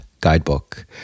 Guidebook